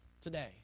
today